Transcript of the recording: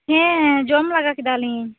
ᱦᱮᱸ ᱡᱚᱢ ᱞᱮᱜᱟ ᱠᱮᱫᱟᱞᱤᱧ